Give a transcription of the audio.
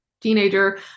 teenager